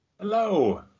Hello